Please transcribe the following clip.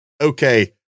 okay